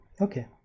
okay